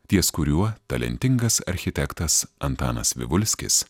ties kuriuo talentingas architektas antanas vivulskis